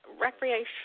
recreation